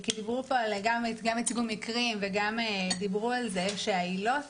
כי גם הציגו מקרים וגם דיברו על זה שהעילות